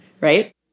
right